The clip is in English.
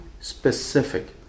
specific